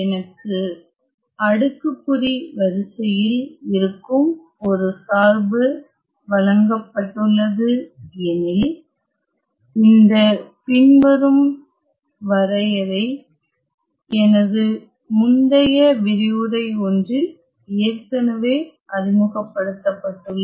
எனக்கு அடுக்குக்குறி வரிசையில் இருக்கும் ஒரு சார்பு வழங்கப்பட்டுள்ளது எனில் இந்த பின்வரும் வரையறை எனது முந்தைய விரிவுரை ஒன்றில் ஏற்கனவே அறிமுகப்படுத்தப்பட்டுள்ளது